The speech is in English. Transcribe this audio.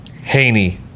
haney